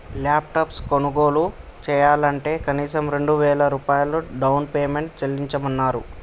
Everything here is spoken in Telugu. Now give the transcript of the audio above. ల్యాప్టాప్ కొనుగోలు చెయ్యాలంటే కనీసం రెండు వేల రూపాయలు డౌన్ పేమెంట్ చెల్లించమన్నరు